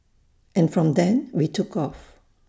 and from then we took off